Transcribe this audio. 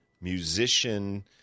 musician